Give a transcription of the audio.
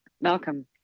Malcolm